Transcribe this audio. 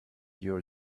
your